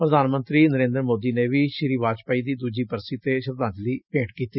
ਪ੍ਰਧਾਨ ਮੰਤਰੀ ਨਰਿੰਦਰ ਮੋਦੀ ਨੇ ਵੀ ਸ਼੍ਰੀ ਵਾਜਪੇਈ ਦੀ ਦੂਜੀ ਬਰਸੀ ਤੇ ਸ਼ਰਧਾਂਜਲੀ ਭੇਂਟ ਕੀਤੀ